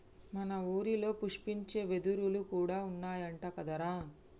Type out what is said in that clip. మన ఊరిలో పుష్పించే వెదురులు కూడా ఉన్నాయంట కదరా